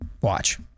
Watch